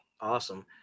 awesome